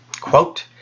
quote